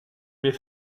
met